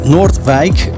Noordwijk